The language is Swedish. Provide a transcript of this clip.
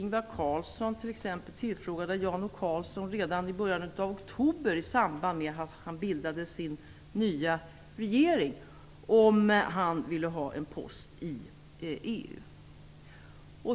Ingvar Carlsson tillfrågade Jan O. Karlsson redan i början av oktober i samband med att han bildade sin nya regering om han ville ha en post i EU.